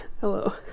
Hello